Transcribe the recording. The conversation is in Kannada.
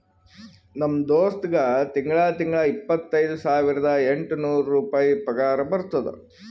ನಮ್ ದೋಸ್ತ್ಗಾ ತಿಂಗಳಾ ತಿಂಗಳಾ ಇಪ್ಪತೈದ ಸಾವಿರದ ಎಂಟ ನೂರ್ ರುಪಾಯಿ ಪಗಾರ ಬರ್ತುದ್